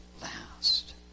last